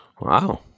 Wow